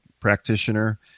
practitioner